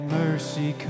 mercy